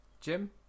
Jim